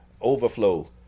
Overflow